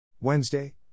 Wednesday